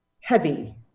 heavy